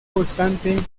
obstante